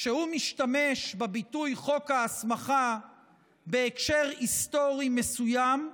שהוא משתמש בביטוי חוק ההסמכה בהקשר היסטורי מסוים,